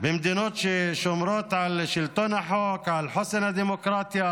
במדינות ששומרות על שלטון החוק, על חוסן הדמוקרטיה